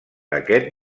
aquest